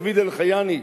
דוד אלחיאני,